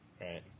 Right